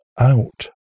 out